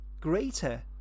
greater